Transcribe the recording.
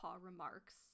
remarks